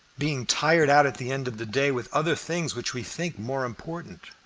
being tired out at the end of the day with other things which we think more important.